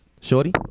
Shorty